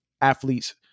athletes